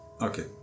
Okay